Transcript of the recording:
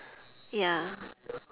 ya